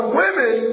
women